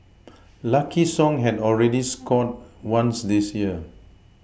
lucky song had already scored once this year